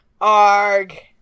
arg